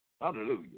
Hallelujah